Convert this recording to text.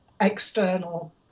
external